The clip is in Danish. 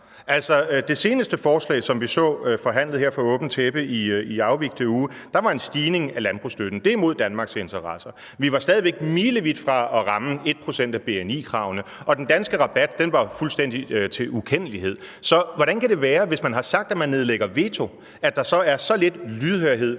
det seneste forslag, som vi så forhandlet her for åbent tæppe i afvigte uge, var der en stigning i landbrugsstøtten. Det er imod Danmarks interesser. Vi var stadig væk milevidt fra at ramme 1 pct. af bni-kravene, og den danske rabat var forandret til fuldstændig ukendelighed. Så hvordan kan det være, at der, hvis man har sagt, at man nedlægger veto, så er så lidt lydhørhed